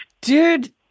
Dude